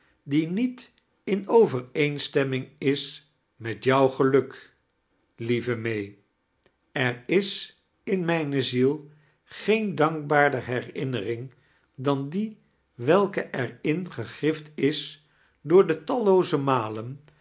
die niet in over eenstemming is met jou geluk lieve may er is in mijne ziel geen dankbaarder herinnering dan die welke er in gegrift is door de tallooze malen